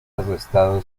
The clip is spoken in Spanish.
arrestado